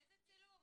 באיזה צילום?